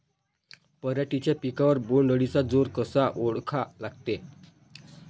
पराटीच्या पिकावर बोण्ड अळीचा जोर कसा ओळखा लागते?